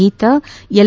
Geetha L